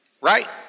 right